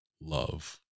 love